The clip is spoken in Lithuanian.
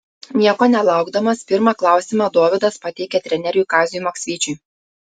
nieko nelaukdamas pirmą klausimą dovydas pateikė treneriui kaziui maksvyčiui